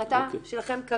ולכן זו החלטה שלכם כרגע.